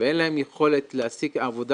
ואין להם יכולת להשיג עבודה.